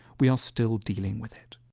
we are still dealing with it.